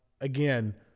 again